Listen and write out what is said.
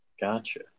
Gotcha